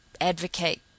advocate